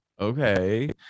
Okay